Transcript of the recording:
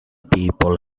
people